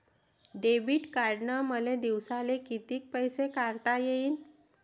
Debit कार्डनं मले दिवसाले कितीक पैसे काढता येईन?